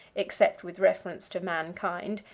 except with reference to mankind,